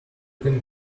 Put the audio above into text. can